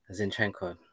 Zinchenko